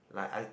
like I